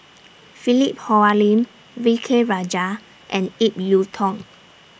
Philip Hoalim V K Rajah and Ip Yiu Tung